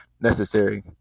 necessary